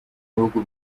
bihugu